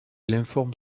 informe